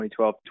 2012